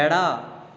ಎಡ